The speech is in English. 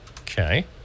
Okay